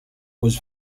was